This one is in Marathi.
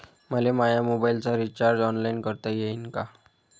मले माया मोबाईलचा रिचार्ज ऑनलाईन करता येईन का?